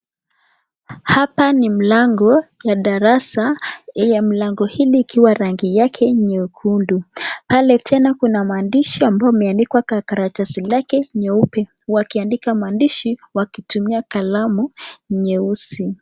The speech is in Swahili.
Hapa ni mlango ya darasa yenye mlango hili ikiwa rangi yake nyekundu. Pale tena kuna maandishi ambayo yameandikwa kwa karatasi lake nyeupe. Wakiandika maandishi wakitumia kalamu nyeusi.